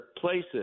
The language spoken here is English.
places